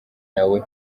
yawe